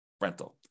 rental